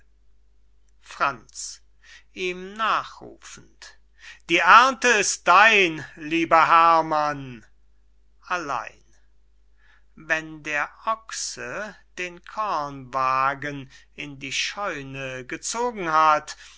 franz ihm nachrufend die erndte ist dein lieber herrmann wenn der ochse den kornwagen in die scheune gezogen hat